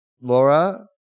Laura